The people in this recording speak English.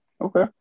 okay